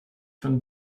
von